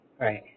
Right